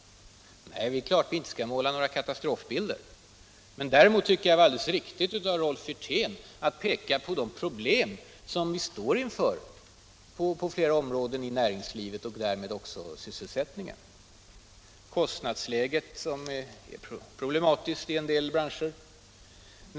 Nej, det är klart att vi inte skall måla ut några katastrofer. Däremot tycker jag det var alldeles riktigt av Rolf Wirtén att visa på de problem som vi står inför på flera områden i näringslivet och därmed också när det gäller sysselsättningen. Kostnadsläget är problematiskt i en del branscher.